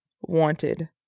wanted